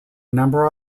number